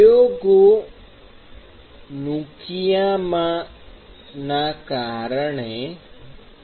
પ્રયોગો નુકીયામા ના કારણે છે